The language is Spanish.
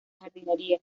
jardinería